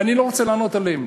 ואני לא רוצה לענות עליהם,